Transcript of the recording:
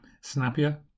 snappier